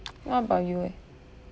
what about you eh